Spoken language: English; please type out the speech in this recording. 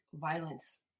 violence